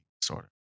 disorder